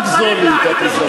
אל תגזול לי את ההזדמנות.